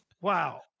wow